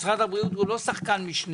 210 סיימו בחוץ לארץ.